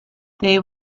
they